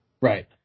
Right